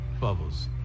Bubbles